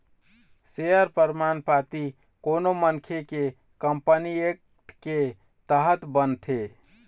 share परमान पाती कोनो मनखे के कंपनी एक्ट के तहत बनथे